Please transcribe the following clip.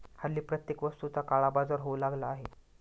हल्ली प्रत्येक वस्तूचा काळाबाजार होऊ लागला आहे